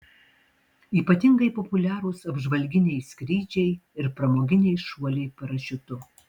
ypatingai populiarūs apžvalginiai skrydžiai ir pramoginiai šuoliai parašiutu